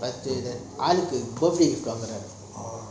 then